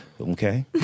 okay